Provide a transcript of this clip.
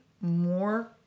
more